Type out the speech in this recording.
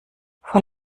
vor